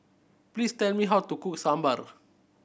please tell me how to cook Sambar